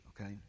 okay